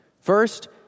First